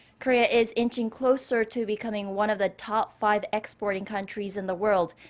korea is inching closer to becoming one of the top five exporting countries in the world.